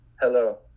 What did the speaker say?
hello